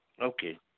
Okay